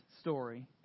story